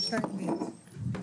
סליחה, תקנה 3(ב).